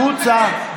החוצה.